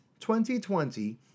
2020